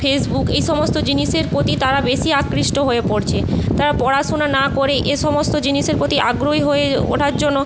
Facebook এই সমস্ত জিনিসের প্রতি তারা বেশি আকৃষ্ট হয়ে পড়ছে তারা পড়াশোনা না করে এসমস্ত জিনিসের প্রতি আগ্রহী হয়ে ওঠার জন্য